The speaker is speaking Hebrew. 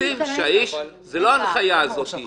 זו לא ההנחיה הזאת.